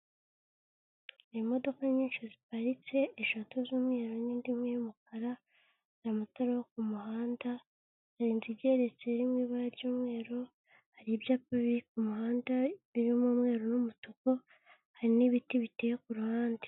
Imodoka nyinshi ziparitse, eshatu z'umweru, n'indi y'umukara, amatara yo ku kumuhanda, inzu igeretse iri mu ibara ry'umweru, hari ibyapa biri ku muhanda birimo umwe n'umutuku, hari n'ibiti biteye ku ruhande.